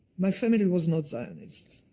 my family was not zionist,